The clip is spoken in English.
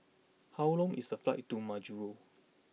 how long is the flight to Majuro